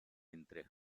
entre